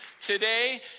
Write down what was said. today